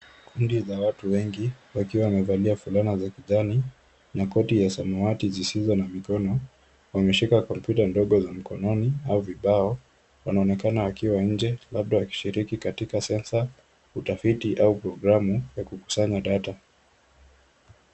Kundi za watu wengi wakiwa wamevalia fulana za kijani na koti ya samawati zisizo na mikono, wameshika computer ndogo za mikononi au vibao, wanaonekana wakiwa nje labda wakishiriki katika sensa , utafiti au programu ya kukusanya data .